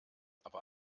aber